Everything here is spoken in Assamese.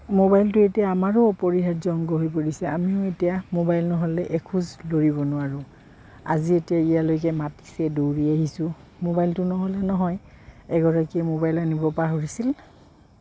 মোবাইলটো এতিয়া আমাৰো অপৰিহাৰ্য অংশ হৈ পৰিছে আমিও এতিয়া মোবাইল নহ'লে এখোজ দৌৰিব নোৱাৰোঁ আজি এতিয়া ইয়ালৈকে মাতিছে দৌৰি আহিছোঁ মোবাইলটো নহ'লে নহয় এগৰাকীয়ে মোবাইল আনিব পাহৰিছিল